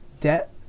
debt